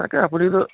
তাকে আপুনিতো